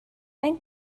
ein